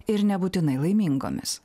ir nebūtinai laimingomis